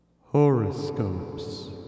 Horoscopes